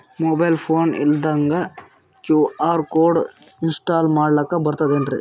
Mobile phone ಇಲ್ದಂಗ QR code install ಮಾಡ್ಲಕ ಬರ್ತದೇನ್ರಿ?